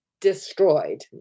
destroyed